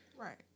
Right